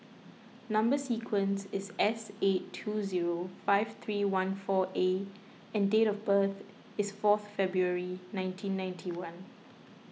Number Sequence is S eight two zero five three one four A and date of birth is four February nineteen ninety one